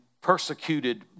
persecuted